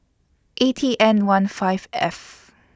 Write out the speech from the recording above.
A T N one five F